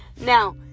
Now